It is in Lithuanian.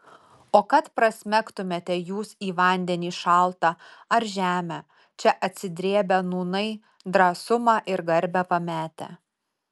o kad prasmegtumėte jūs į vandenį šaltą ar žemę čia atsidrėbę nūnai drąsumą ir garbę pametę